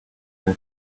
city